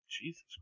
Jesus